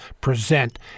present